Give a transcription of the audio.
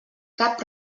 cap